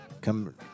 come